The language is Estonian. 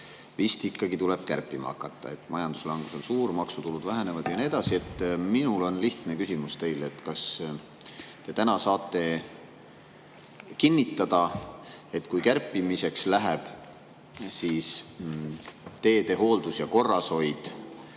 vist ikka tuleb kärpima hakata, sest majanduslangus on suur, maksutulud vähenevad ja nii edasi. Minul on lihtne küsimus teile. Kas te täna saate kinnitada, et kui kärpimiseks läheb, siis teede hooldus ja korrashoid